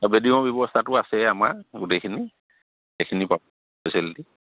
অঁ বেডিঙৰ ব্যৱস্থাটো আছে আমাৰ গোটেইখিনি সেইখিনি পাব ফেচেলিটি